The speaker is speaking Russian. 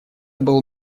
был